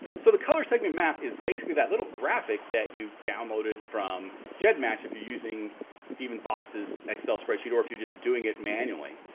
so the color segment map is basically that little graphic that you downloaded from gedmatch if you're using steven fox's excel spreadsheet or if you're just doing it manually.